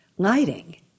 Lighting